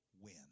win